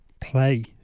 play